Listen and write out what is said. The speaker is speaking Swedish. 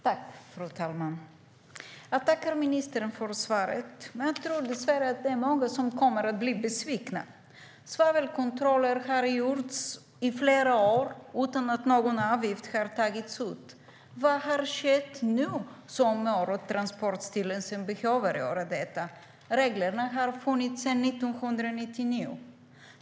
Fru talman! Jag tackar ministern för svaret. Jag tror dessvärre att det är många som kommer att bli besvikna. Svavelkontroller har gjorts i flera år utan att någon avgift har tagits ut. Vad har skett nu som gör att Transportstyrelsen behöver göra detta? Reglerna har funnits sedan 1999.